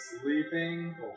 sleeping